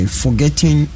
forgetting